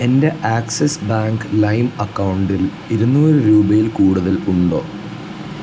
എൻ്റെ Axis bank ലൈം അക്കൗണ്ടിൽ ഇരുന്നൂറ് രൂപയിൽ കൂടുതൽ ഉണ്ടോ